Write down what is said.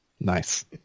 Nice